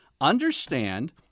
understand